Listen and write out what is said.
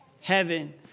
heaven